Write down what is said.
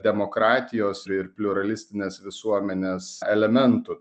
demokratijos ir pliuralistinės visuomenės elementų